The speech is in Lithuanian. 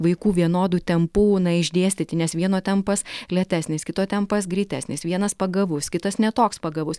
vaikų vienodu tempu na išdėstyti nes vieno tempas lėtesnis kito tempas greitesnis vienas pagavus kitas ne toks pagavus